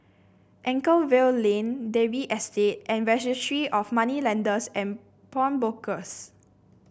Anchorvale Lane Dalvey Estate and Registry of Moneylenders and Pawnbrokers